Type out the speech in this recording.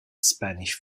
spanish